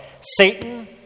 Satan